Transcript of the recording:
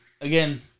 again